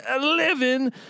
living